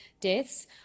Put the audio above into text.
deaths